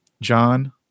John